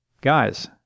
Guys